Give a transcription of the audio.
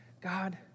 God